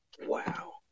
wow